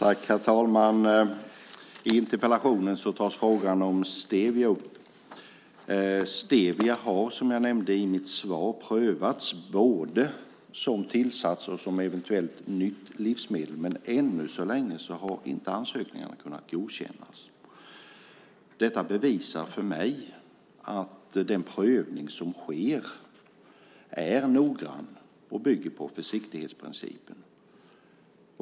Herr talman! I interpellationen tas frågan om stevia upp. Stevia har, som jag nämnde i mitt svar, prövats både som tillsats och som eventuellt nytt livsmedel. Men ännu så länge har inte ansökningarna kunnat godkännas. Detta bevisar för mig att den prövning som sker är noggrann och bygger på försiktighetsprincipen.